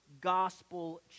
gospel